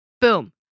boom